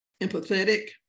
empathetic